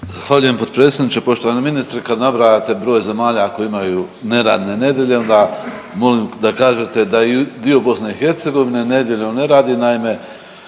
Zahvaljujem potpredsjedniče. Poštovani ministre, kad nabrajate broj zemalja koji imaju neradne nedelje onda molim da kažete da i dio BiH nedjeljom ne radi. Naime,